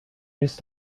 used